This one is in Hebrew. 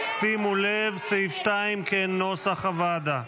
שימו לב, סעיף 2, כנוסח הוועדה.